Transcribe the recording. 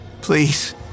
Please